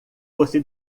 fosse